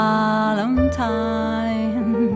Valentine